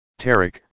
Tarek